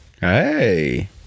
Hey